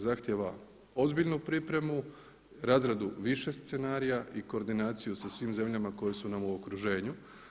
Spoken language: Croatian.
Zahtjeva ozbiljnu pripremu, razradu više scenarija i koordinaciju sa svim zemljama koje su nam u okruženju.